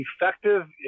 effective